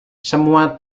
semua